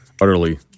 utterly